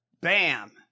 Bam